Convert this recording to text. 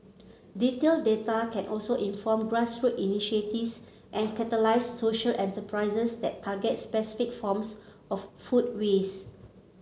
detailed data can also inform grassroots initiatives and catalyse social enterprises that target specific forms of food waste